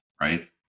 right